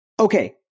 Okay